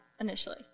initially